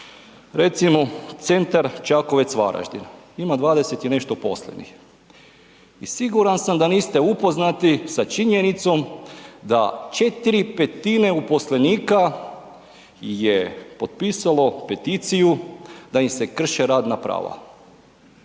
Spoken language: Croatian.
recimo Centar Čakovec – Varaždin ima 20 i nešto uposlenih i siguran sam da niste sa činjenicom da 4/5 uposlenika je potpisalo peticiju da im se krše radna prava.